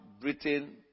Britain